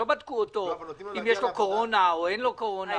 לא בדקו אותו, אם יש לו קורונה או אין לו קורונה.